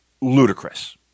ludicrous